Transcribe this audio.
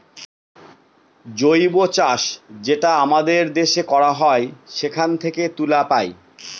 জৈব চাষ যেটা আমাদের দেশে করা হয় সেখান থেকে তুলা পায়